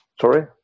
Sorry